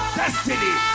destiny